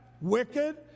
wicked